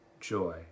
joy